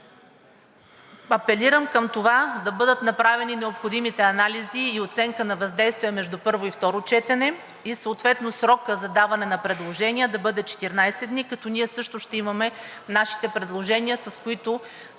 Апелирам към това: да бъдат направени необходимите анализи и оценка на въздействие между първо и второ четене и съответно срокът за даване на предложения да бъде 14 дни, като ние също ще имаме нашите предложения, с които